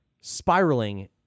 spiraling